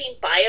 bio